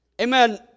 Amen